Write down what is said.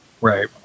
Right